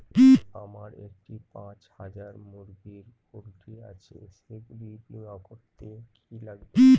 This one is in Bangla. আমার একটি পাঁচ হাজার মুরগির পোলট্রি আছে সেগুলি বীমা করতে কি লাগবে?